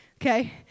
Okay